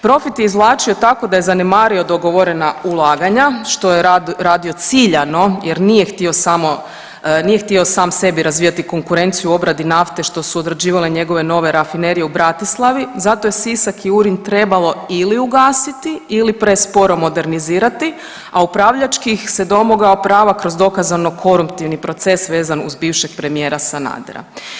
Profit je izvlačio tako da je zanemario dogovorena ulaganja što je radio ciljano jer nije htio samo, nije htio sam sebi razvijati konkurenciju u obradi nafte što su odrađivale njegove nove rafinerije u Bratislavi zato je Sisak i Urinj trebalo ili ugasiti ili presporo modernizirati, a upravljački ih se domogao prava kroz dokazano koruptivni proces vezan uz bivšeg premijera Sanadera.